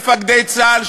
מפקדי צה"ל,